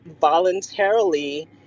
voluntarily